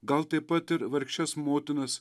gal taip pat ir vargšes motinas